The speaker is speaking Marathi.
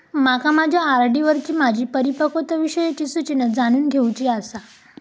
माका माझ्या आर.डी वरची माझी परिपक्वता विषयची सूचना जाणून घेवुची आसा